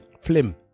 Flim